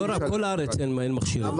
בכל הארץ אין מכשירים,